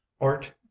art